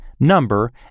number